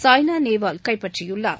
Saina Nehwal கைப்பற்றியுள்ளார்